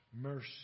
Mercy